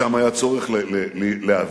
שם היה צורך להיאבק